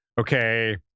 okay